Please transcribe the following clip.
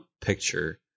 picture